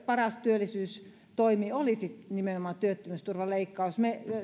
paras työllisyystoimi olisi nimenomaan työttömyysturvan leikkaus